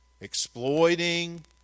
Exploiting